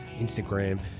Instagram